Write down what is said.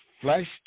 flesh